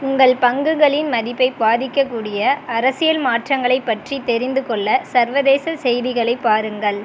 உங்கள் பங்குகளின் மதிப்பை பாதிக்கக்கூடிய அரசியல் மாற்றங்களைப் பற்றித் தெரிந்துகொள்ள சர்வதேச செய்திகளைப் பாருங்கள்